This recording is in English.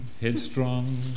headstrong